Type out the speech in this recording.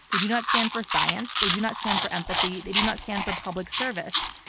they do not stand for science. they do not stand for empathy. they do not stand for public service.